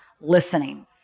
listening